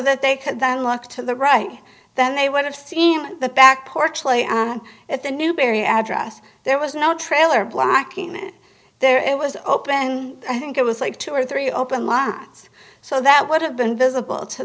that they could then look to the right then they would have seen the back porch light at the newbury address there was no trailer blocking it there it was open and i think it was like two or three open lines so that would have been visible to